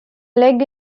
leg